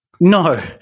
No